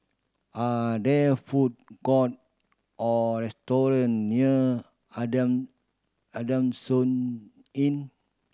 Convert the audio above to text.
are there food court or restaurant near Adamson Inn